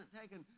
taken